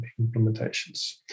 implementations